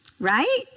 Right